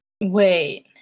Wait